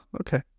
okay